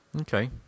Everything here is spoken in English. okay